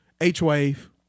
H-Wave